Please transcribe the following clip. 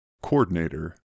coordinator